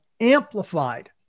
amplified